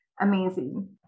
amazing